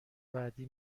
بعدی